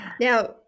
Now